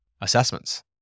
assessments